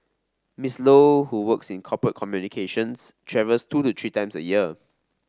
Ms Low who works in corporate communications travels two to three times a year